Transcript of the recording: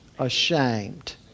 ashamed